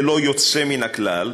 ללא יוצא מן הכלל,